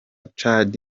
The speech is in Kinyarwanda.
tchad